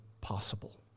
possible